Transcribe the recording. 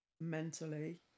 mentally